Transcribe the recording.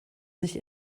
sich